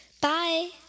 Bye